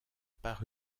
par